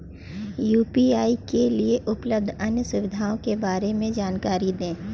UPI के लिए उपलब्ध अन्य सुविधाओं के बारे में जानकारी दें?